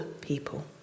people